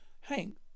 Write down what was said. Hank